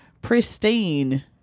pristine